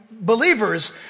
Believers